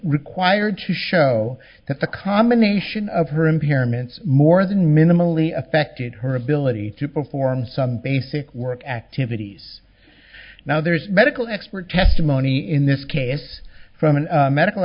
required to show that the combination of her impairments more than minimally affected her ability to perform some basic work activities now there is medical expert testimony in this case from an medical